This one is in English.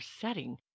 setting